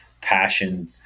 passion